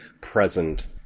present